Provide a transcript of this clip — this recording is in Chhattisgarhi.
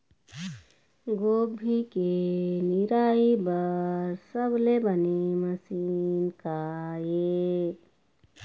गोभी के निराई बर सबले बने मशीन का ये?